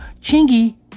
Chingy